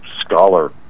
scholar